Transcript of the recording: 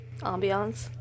Ambiance